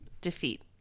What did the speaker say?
defeat